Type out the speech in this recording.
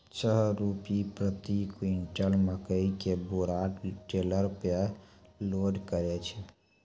छह रु प्रति क्विंटल मकई के बोरा टेलर पे लोड करे छैय?